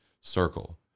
circle